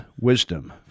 wisdom